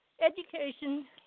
Education